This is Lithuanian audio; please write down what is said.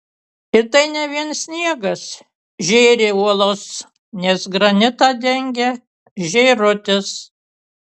ir tai ne vien sniegas žėri uolos nes granitą dengia žėrutis